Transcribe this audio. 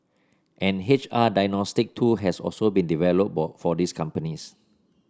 an H R diagnostic tool has also been developed for these companies